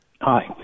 Hi